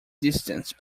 distance